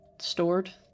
stored